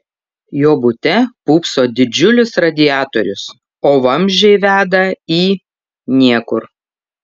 jo bute pūpso didžiulis radiatorius o vamzdžiai veda į niekur